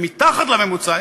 ומתחת לממוצע,